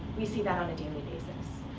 we see that on a daily basis.